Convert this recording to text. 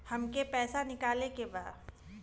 हमके पैसा निकाले के बा